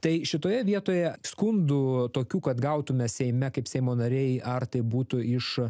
tai šitoje vietoje skundų tokių kad gautume seime kaip seimo nariai ar tai būtų iš